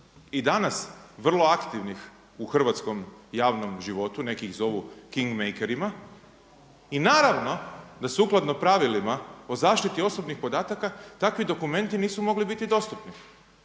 i danas vrlo aktivnih u hrvatskom javnom životu, neki ih zovu king …, i naravno da sukladno pravilima o zaštiti osobnih podataka takvi dokumenti nisu mogli biti dostupni.